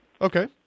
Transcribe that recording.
okay